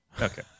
Okay